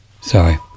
Sorry